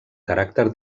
caràcter